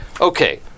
Okay